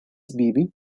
vivi